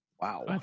Wow